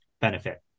benefit